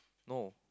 no